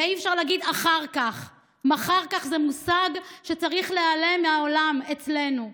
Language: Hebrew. ואי-אפשר להגיד "אחר כך"; "מחר כך" זה מושג שצריך להיעלם מהעולם אצלנו.